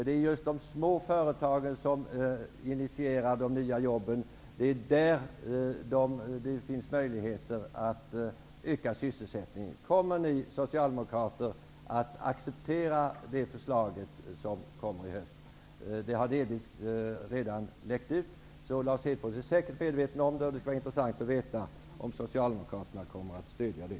Det är de små företagen som initierar de nya jobben, och det är där som det finns möjligheter att öka sysselsättningen. Kommer ni socialdemokrater att acceptera det förslaget, som kommer i höst? Det har delvis redan läckt ut, så Lars Hedfors är säkerligen medveten om det. Det skulle vara intressant att veta om Socialdemokraterna kommer att stödja det.